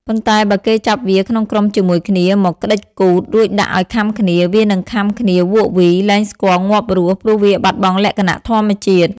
ប៉ុន្តែបើគេចាប់វាក្នុងក្រុមជាមួយគ្នាមកក្ដិចគូទ រួចដាក់ឲ្យខាំគ្នា វានឹងខាំគ្នាវក់វី លែស្គាល់ងាប់រស់ ព្រោះវាបាត់បង់លក្ខណៈធម្មជាតិ ។